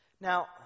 Now